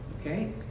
Okay